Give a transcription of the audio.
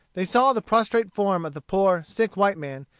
they saw the prostrate form of the poor, sick white man,